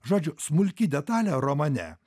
žodžiu smulki detalė romane